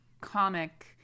comic